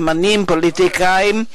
אמנים ופוליטיקאים.